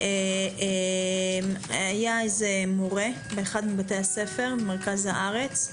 היה מורה בבית ספר במרכז הארץ,